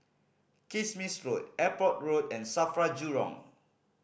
Kismis Road Airport Road and SAFRA Jurong